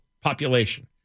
population